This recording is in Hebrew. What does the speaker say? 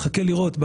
הוא מחכה לראות.